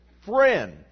friend